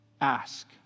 ask